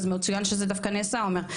אז מצוין שזה דווקא נעשה עומר,